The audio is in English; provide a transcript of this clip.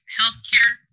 healthcare